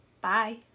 Bye